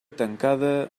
tancada